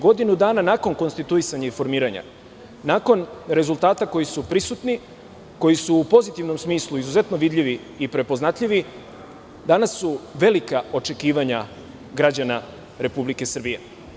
Godinu dana nakon konstituisanja i formiranja, nakon rezultata koji su prisutni, koji su izuzetno vidljivi i prepoznatljivi, danas su velika očekivanja građana Republike Srbije.